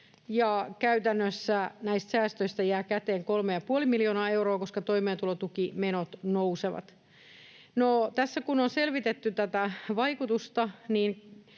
käytännössä näistä säästöistä jää käteen 3,5 miljoonaa euroa, koska toimeentulotukimenot nousevat. Tässä kun on selvitetty tätä vaikutusta